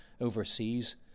overseas